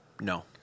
No